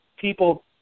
people